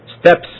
steps